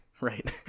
Right